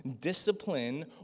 discipline